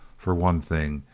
for one thing,